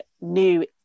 new